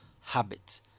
habit